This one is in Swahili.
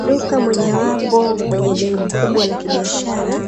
Duka mojawapo, kwenye jengo kubwa la kibiashara,